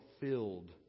filled